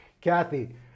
Kathy